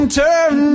turn